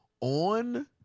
on